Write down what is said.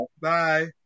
Bye